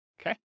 Okay